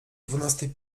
dwunastej